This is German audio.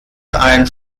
ein